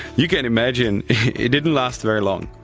you can imagine it didn't last very long.